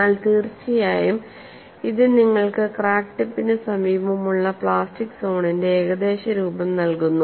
എന്നാൽ തീർച്ചയായും ഇത് നിങ്ങൾക്ക് ക്രാക്ക് ടിപ്പിന് സമീപമുള്ള പ്ലാസ്റ്റിക് സോണിന്റെ ഏകദേശ രൂപം നൽകുന്നു